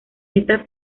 esta